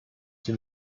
sie